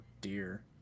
dear